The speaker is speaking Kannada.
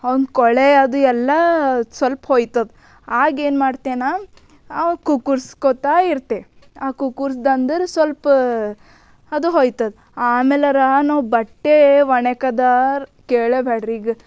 ಅವನು ಕೊಳೆ ಅದು ಎಲ್ಲ ಸ್ವಲ್ಪ ಹೋಯ್ತು ಅದು ಆಗೇನು ಮಾಡ್ತೆ ನಾನು ಅವಾಗ ಕುಕ್ಕುರ್ಸ್ಕೋತ ಇರ್ತೆ ಕುಕ್ಕುರ್ಸಿದೆ ಅಂದ್ರೆ ಸ್ವಲ್ಪ ಅದು ಹೋಯ್ತು ಅದು ಆಮೇಲೆ ನಾವು ಬಟ್ಟೆ ಓಣಿಕದ ಕೇಳ್ಳೆಬ್ಯಾಡ್ರಿ ಈಗ